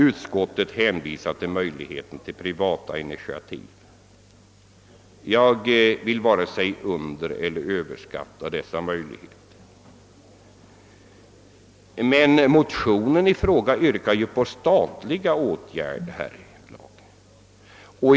Utskottet hänvisar slutligen till möjligheten av privata initiativ. Jag vill varken undereller överskatta dessa möjligheter, men motionen i fråga innehåller ju ett yrkande om statliga åtgärder.